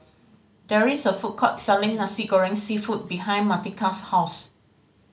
there is a food court selling Nasi Goreng Seafood behind Martika's house